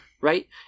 Right